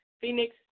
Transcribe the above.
Phoenix